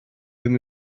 ddim